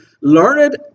learned